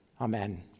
Amen